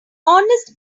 honest